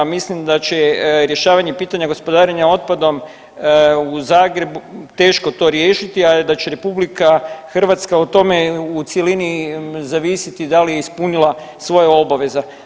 Mislim da će rješavanje pitanja gospodarenja otpadom u Zagrebu teško to riješiti, a da će RH o tome u cjelini zavisiti da li je ispunila svoje obaveze.